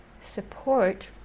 support